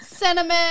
Cinnamon